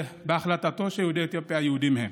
בהחלטתו שיהודי אתיופיה יהודים הם.